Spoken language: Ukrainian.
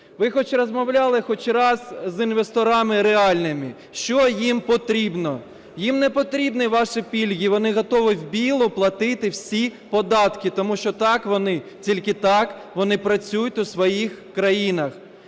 Ви хоч розмовляли хоч раз з інвесторами реальними, що їм потрібно? Їм не потрібні ваші пільги, вони готові "в білу" платити всі податки, тому що так вони, тільки так вони працюють у своїх країнах.